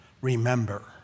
remember